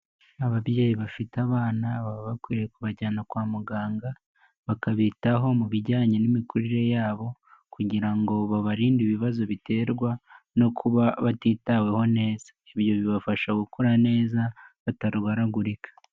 Ababyeyi bafite abana, baba bakwiye kubajyana kwa muganga, bakabitaho mu bijyanye n'imikurire yabo kugira ngo babarinde ibibazo biterwa no kuba batitaweho neza. Ibyo bibafasha gukura neza batarwaragurika.